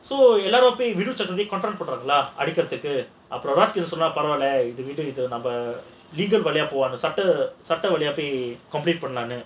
so a lot of எல்லாரும் போயி வினுசக்கரவர்திய ராஜ்கிரண் சொல்வான் பரவால்ல:ellorum poi vinuchakaravarthia rajkiran solvan paravaala legal வழியா போலாம் சட்ட வழியா போயி:valiyaa polaam satta valiyaa poi complaint பண்ணலாம்னு:pannalaamnu